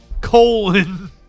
colon